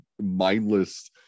mindless